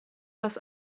dass